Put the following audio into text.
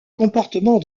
comportement